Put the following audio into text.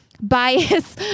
bias